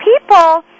people